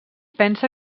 pensa